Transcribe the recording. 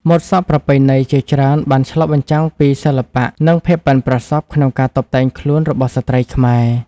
ម៉ូតសក់ប្រពៃណីជាច្រើនបានឆ្លុះបញ្ចាំងពីសិល្បៈ និងភាពប៉ិនប្រសប់ក្នុងការតុបតែងខ្លួនរបស់ស្ត្រីខ្មែរ។